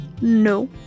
No